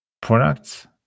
products